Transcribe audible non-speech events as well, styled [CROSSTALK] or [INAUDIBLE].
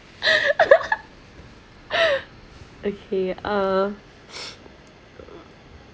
[LAUGHS] okay uh [NOISE]